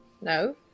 No